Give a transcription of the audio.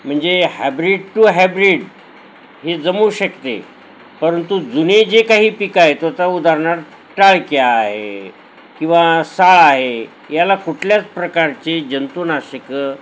म्हणजे hybrid to hybrid हे जमू शकते परंतु जुने जे काही पिकं आहेत त आता उदाहरणार्थ टाळक्या आहे किंवा साळ आहे याला कुठल्याच प्रकारची जंतुनाशिके